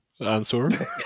answer